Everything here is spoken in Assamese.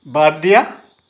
বাদ দিয়া